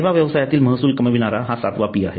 सेवा व्यवसायातील महसूल कमविणारा हा सातवा पी आहे